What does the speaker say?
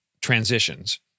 transitions